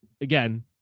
again